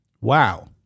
Wow